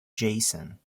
jason